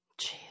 Jeez